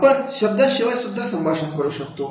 आपण शब्दां शिवाय सुद्धा संभाषण करू शकतो